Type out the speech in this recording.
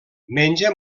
menja